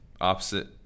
opposite